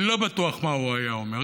אני לא בטוח מה הוא היה אומר.